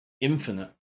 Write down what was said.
infinite